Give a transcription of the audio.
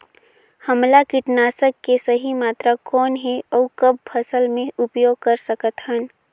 हमला कीटनाशक के सही मात्रा कौन हे अउ कब फसल मे उपयोग कर सकत हन?